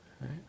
right